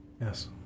Yes